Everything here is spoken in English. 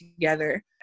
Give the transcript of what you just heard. together